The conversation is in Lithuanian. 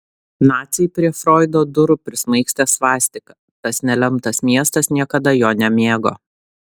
naciai prie froido durų prismaigstė svastiką tas nelemtas miestas niekada jo nemėgo